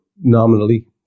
nominally